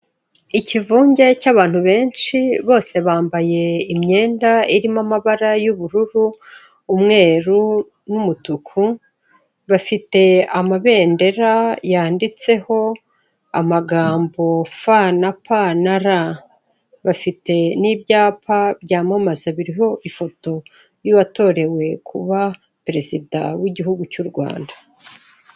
Ikivunge cy'abantu benshi bose bambaye imyenda irimo amabara y'ubururu, umweru, n'umutuku, bafite amabendera yanditseho amagambo f na p na r, bafite n'ibyapa byamamaza biriho ifoto y'uwatorewe kuba perezida w'igihugu cy'u Rwanda.